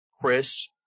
Chris